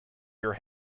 your